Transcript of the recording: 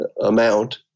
amount